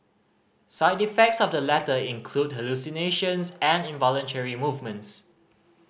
side effects of the latter include hallucinations and involuntary movements